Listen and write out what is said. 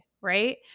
right